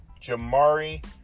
jamari